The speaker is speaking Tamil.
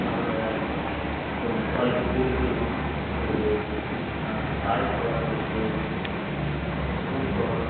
அதில் ஒரு நெசவாளிக்கு கூலி கொடுக்கோணும் ஒரு சாயம் போடுறவங்களுக்கு ஓ கூலி போடணும்